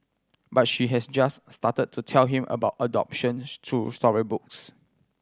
but she has just started to tell him about adoption through storybooks